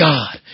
God